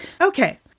okay